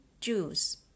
juice